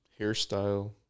hairstyle